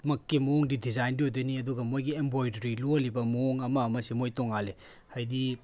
ꯃꯛꯀꯤ ꯃꯑꯣꯡꯗꯤ ꯗꯤꯖꯥꯏꯟꯗꯤ ꯑꯣꯏꯗꯣꯏꯅꯤ ꯑꯗꯨꯒ ꯃꯣꯏꯒꯤ ꯏꯝꯕꯣꯏꯗ꯭ꯔꯤ ꯂꯣꯜꯂꯤꯕ ꯃꯑꯣꯡ ꯑꯃ ꯑꯃꯁꯦ ꯃꯣꯏꯒꯤ ꯇꯣꯡꯉꯥꯜꯂꯤ ꯍꯥꯏꯗꯤ